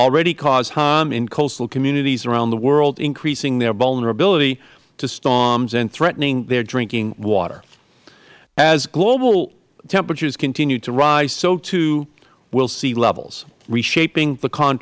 already cause harm in coastal communities around the world increasing their vulnerability to storms and threatening their drinking water as global temperatures continue to rise so too will sea levels reshaping